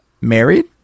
Married